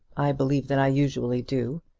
i believe that i usually do.